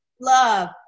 love